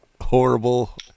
horrible